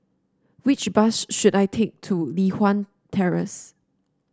which bus should I take to Li Hwan Terrace